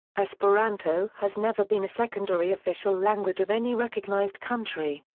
esperanto has never been a secondary official language of any recognized country.